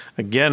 Again